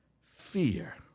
fear